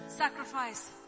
sacrifice